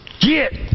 Get